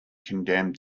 condemned